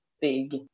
big